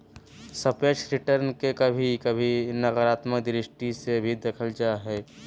सापेक्ष रिटर्न के कभी कभी नकारात्मक दृष्टि से भी देखल जा हय